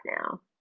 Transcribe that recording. now